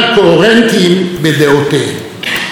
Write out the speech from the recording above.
אני אומר לפרופסור מעל במה זו: